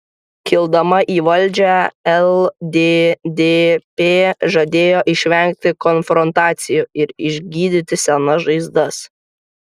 kildama į valdžią lddp žadėjo išvengti konfrontacijų ir išgydyti senas žaizdas